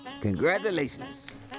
Congratulations